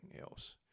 else